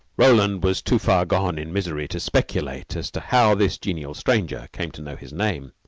roland was too far gone in misery to speculate as to how this genial stranger came to know his name.